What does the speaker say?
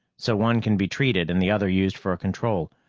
so one can be treated and the other used for a control.